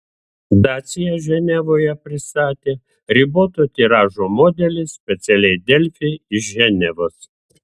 dacia ženevoje pristatė riboto tiražo modelį specialiai delfi iš ženevos